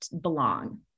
belong